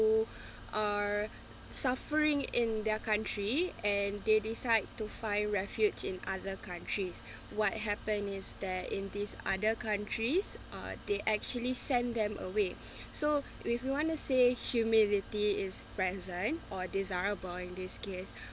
are suffering in their country and they decide to find refuge in other countries what happens is that in these other countries uh they actually send them away so if you want to say humility is present or desirable in this case